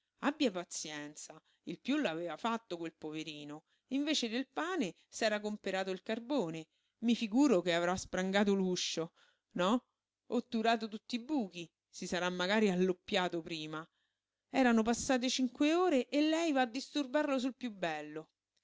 abbia pazienza il piú l'aveva fatto quel poverino invece del pane s'era comperato il carbone i figuro che avrà sprangato l'uscio no otturato tutti i buchi si sarà magari alloppiato prima erano passate cinque ore e lei va a disturbarlo sul sul piú bello